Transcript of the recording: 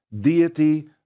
deity